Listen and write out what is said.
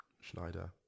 Schneider